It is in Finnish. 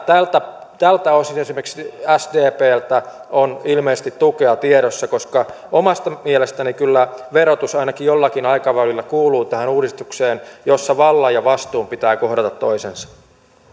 tältä tältä osin esimerkiksi sdpltä on ilmeisesti tukea tiedossa koska omasta mielestäni kyllä verotus ainakin jollakin aikavälillä kuuluu tähän uudistukseen jossa vallan ja vastuun pitää kohdata toisensa